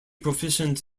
proficient